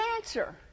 answer